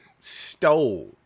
stole